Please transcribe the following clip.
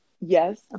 Yes